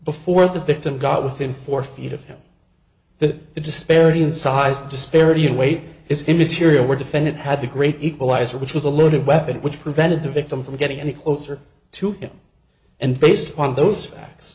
before the victim got within four feet of him that the disparity in size disparity in weight is immaterial the defendant had the great equalizer which was a loaded weapon which prevented the victim from getting any closer to him and based upon those facts